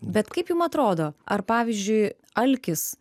bet kaip jum atrodo ar pavyzdžiui alkis